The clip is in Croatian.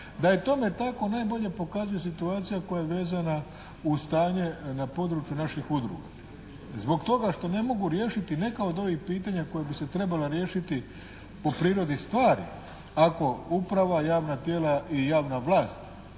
Da je tome tako najbolje pokazuje situacija koja je vezana uz stanje na području naših udruga. Zbog toga što ne mogu riješiti neka od ovih pitanja koja bi se trebala riješiti po prirodi stvari. Ako uprava, javna tijela i javna vlast